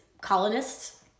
colonists